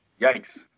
Yikes